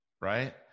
right